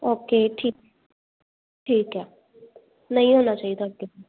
okay ਠੀਕ ਠੀਕ ਹੈ ਨਹੀਂ ਹੋਣਾ ਚਾਹੀਦਾ ਅੱਗੇ ਤੋਂ